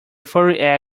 fury